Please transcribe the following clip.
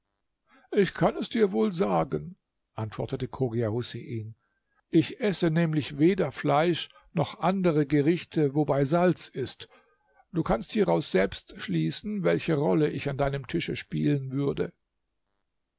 ich kann es dir wohl sagen antwortete chogia husein ich esse nämlich weder fleisch noch andere gerichte wobei salz ist du kannst hieraus selbst schließen welche rolle ich an deinem tische spielen würde